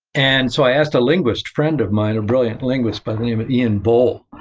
and so, i asked a linguist friend of mine, a brilliant linguist by the name of iain boal.